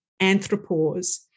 anthropause